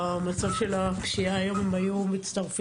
במצב של הפשיעה היום הם היו מצטרפים.